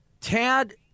Tad